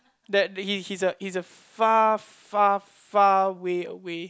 that he's a he's a far far far way away